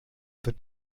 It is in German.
wird